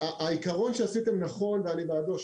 העיקרון שעשיתם נכון ואני בעדו,